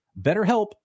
BetterHelp